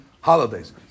holidays